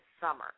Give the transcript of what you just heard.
summer